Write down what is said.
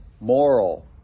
moral